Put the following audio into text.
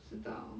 不道